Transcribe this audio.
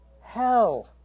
Hell